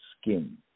skin